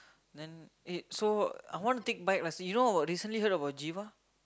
then eh so I want to take bike license you know recently heard about Giva